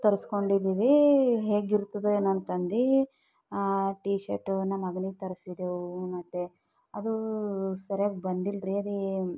ತರ್ಸ್ಕೊಂಡಿದ್ದೀವಿ ಹೇಗೆ ಇರ್ತದೆ ಏನೊ ಅಂತ ಅಂದು ಟೀ ಶರ್ಟ್ ನನ್ನ ಮಗನಿಗೆ ತರ್ಸಿದ್ದೆವು ಮತ್ತು ಅದು ಸರಿಯಾಗಿ ಬಂದಿಲ್ಲರೀ ಅದು